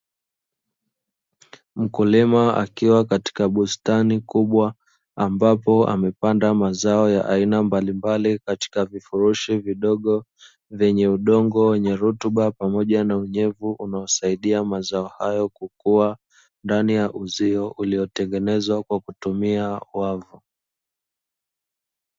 Mkulima akiwa katika bustani kubwa ambapo amepanda mazao ya aina mbalimbali katika vifurushi vidogo, vyenye udongo wenye rutuba pamoja na unyevu unaosaidia mazao haya kukua ndani ya uzio uliyotengenezwa Kwa kutumia wavu.